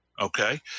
okay